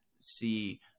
see